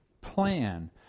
plan